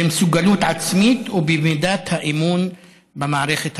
במסוגלות עצמית ובמידת האמון במערכת הרפואית.